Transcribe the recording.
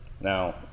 Now